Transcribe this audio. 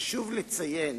חשוב לציין